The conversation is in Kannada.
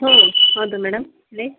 ಹ್ಞೂ ಹೌದು ಮೇಡಮ್ ಹೇಳಿ